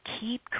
keep